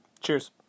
cheers